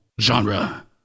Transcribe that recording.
genre